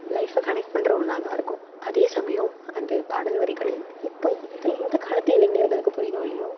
லைஃப்பை கனெக்ட் பண்ணுற ஒன்னாக தான் இருக்கும் அதே சமயம் அந்த பாடல் வரிகள் இப்போ இப்ப இந்த காலத்து இளைஞர்களுக்கு புரியுதோ இல்லையோ